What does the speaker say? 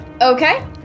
Okay